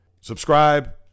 subscribe